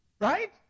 right